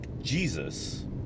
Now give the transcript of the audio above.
Jesus